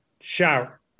shower